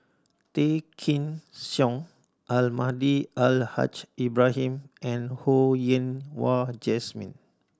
Tay Kheng Soon Almahdi Al Haj Ibrahim and Ho Yen Wah Jesmine